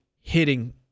hitting